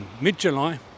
mid-July